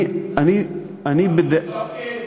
אנחנו מסתפקים.